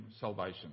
salvation